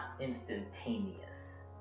instantaneous